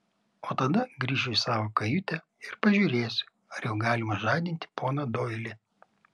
o tada grįšiu į savo kajutę ir pažiūrėsiu ar jau galima žadinti poną doilį